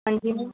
ہان جی میم